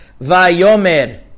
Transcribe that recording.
Vayomer